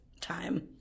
time